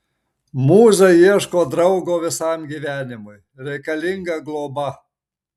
mūza ieško draugo visam gyvenimui reikalinga globa